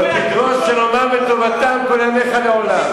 תדרוש שלומם וטובתם כל ימיך לעולם.